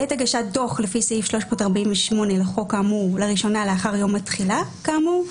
בעת הגשת דוח לפי סעיף 348 לחוק האמור לראשונה לאחר יום התחילה כאמור,